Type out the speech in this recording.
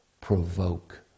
provoke